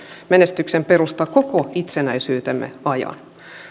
menestyksen perusta koko itsenäisyytemme ajan